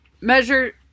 Measure